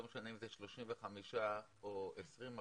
לא משנה אם זה 35% או 20%,